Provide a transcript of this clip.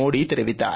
மோடிதெரிவித்தார்